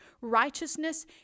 Righteousness